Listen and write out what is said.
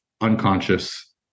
unconscious